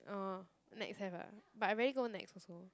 oh Nex have ah but I rarely go Nex also